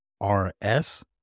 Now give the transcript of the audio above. r-s